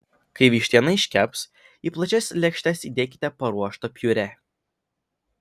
kai vištiena iškeps į plačias lėkštes įdėkite paruoštą piurė